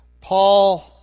Paul